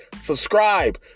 subscribe